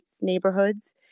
neighborhoods